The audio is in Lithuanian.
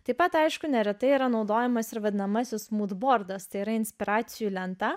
taip pat aišku neretai yra naudojamas ir vadinamasis mūdbordas tai yra inspiracijų lenta